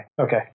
okay